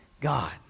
God